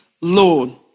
Lord